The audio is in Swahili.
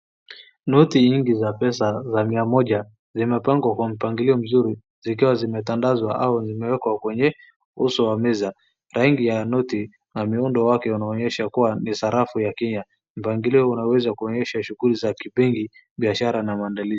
Noti nyingi za pesa za mia moja zimepangwa kwa mpangilio mzuri zikiwa zimetandazwa au zimewekwa kwenye uso wa meza. Rangi ya noti na miundo wake unaonyesha kuwa ni sarafu ya Kenya. Mpangilio unaweza kuonyesha shughuli za kibili, biashara na maandalizi.